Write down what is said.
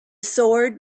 sword